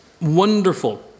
wonderful